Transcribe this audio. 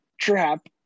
trap